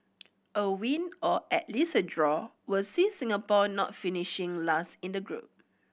a win or at least a draw will see Singapore not finishing last in the group